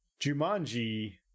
Jumanji